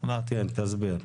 תסביר.